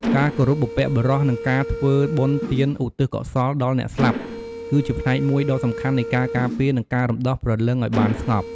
ការគោរពបុព្វបុរស និងការធ្វើបុណ្យទានឧទ្ទិសកុសលដល់អ្នកស្លាប់ គឺជាផ្នែកមួយដ៏សំខាន់នៃការការពារ និងការរំដោះព្រលឹងឱ្យបានស្ងប់។